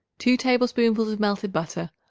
two tablespoonfuls of melted butter,